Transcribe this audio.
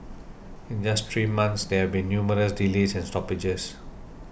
in just three months there have been numerous delays and stoppages